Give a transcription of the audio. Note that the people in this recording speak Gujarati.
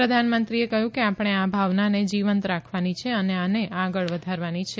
પ્રધાનમંત્રીએ કહ્યું કે આપણે આ ભાવનાને જીવંત રાખવાની છે અને આને આગળ વધારવાની છે